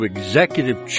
Executive